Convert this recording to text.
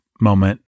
moment